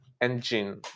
engine